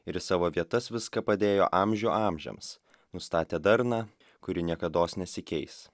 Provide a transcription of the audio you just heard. ir į savo vietas viską padėjo amžių amžiams nustatė darną kuri niekados nesikeis